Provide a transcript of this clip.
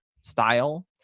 style